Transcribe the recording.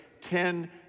ten